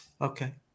Okay